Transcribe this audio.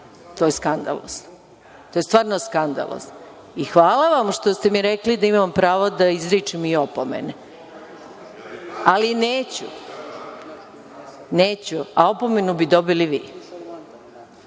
to je skandalozno, to je stvarno skandalozno i hvala vam što ste mi rekli da imam pravo da izričem i opomene, ali neću, a opomenu bi dobili vi.